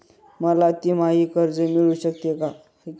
मला तिमाही कर्ज मिळू शकते का?